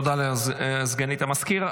בבקשה, הודעה לסגנית המזכיר.